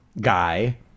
guy